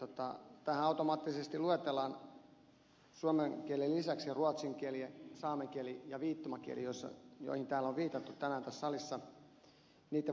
tässä automaattisesti luetellaan suomen kielen lisäksi ruotsin kieli ja saamen kieli ja viittomakieli joiden vahvistamiseen täällä on viitattu tänään tässä salissa